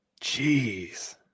Jeez